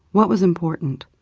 what was important,